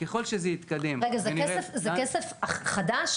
ככל שזה יתקדם --- רגע, זה כסף חדש?